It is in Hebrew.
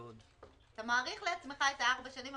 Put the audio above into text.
אתה מאריך לעצמך את הארבע שנים,